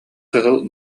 кыһыл